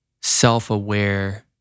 self-aware